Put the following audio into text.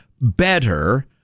Better